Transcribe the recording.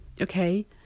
okay